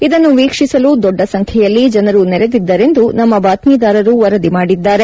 ಇದನ್ನು ವೀಕ್ಷಿಸಲು ದೊಡ್ಡ ಸಂಖ್ಯೆಯಲ್ಲಿ ಜನರು ನೆರೆದಿದ್ದರೆಂದು ನಮ್ಮ ಬಾತ್ವೀದಾರರು ವರದಿ ಮಾಡಿದ್ದಾರೆ